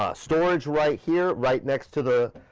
ah storage right here right next to the